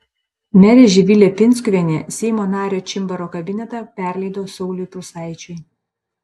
merė živilė pinskuvienė seimo nario čimbaro kabinetą perleido sauliui prūsaičiui